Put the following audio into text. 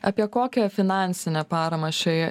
apie kokią finansinę paramą šioje